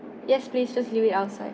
yes please just leave it outside